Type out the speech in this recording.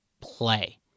play